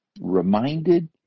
reminded